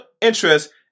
interest